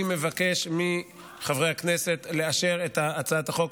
אני מבקש מחברי הכנסת לאשר את הצעת החוק